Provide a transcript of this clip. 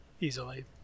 easily